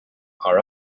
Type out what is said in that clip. are